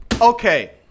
Okay